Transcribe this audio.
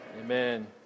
Amen